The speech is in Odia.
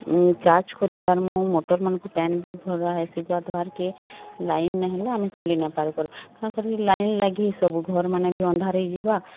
ଚାର୍ଜ୍ କରି ପାର୍ମୁ ମଟର୍ମାନଙ୍କୁ ପାନ୍ ବି ଭରା ହେସି ଗାଧ୍ବାର କେ ଲାଇନ୍ ନାଇଁ ହେଲେ ଆମେ ଚଲି ନା ପାରୁ କରି କା କରି ଲାଇନ୍ ଲାଗି ହେ ସବୁ ଘର ମାନେ ବି ଅନ୍ଧାର ହେଇଯିବା